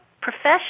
profession